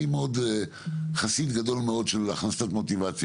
אני מאוד חסיד, חסיד גדול מאוד של הכנסת מוטיבציה